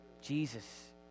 Jesus